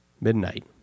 Midnight